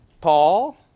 Paul